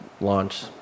launch